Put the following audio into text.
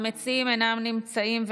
המציעים אינם נמצאים,